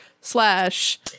Slash